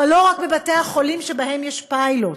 לא רק בבתי-החולים שבהם יש פיילוט,